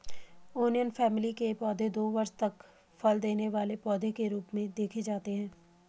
onion family के पौधे दो वर्ष तक फल देने वाले पौधे के रूप में देखे जाते हैं